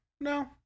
No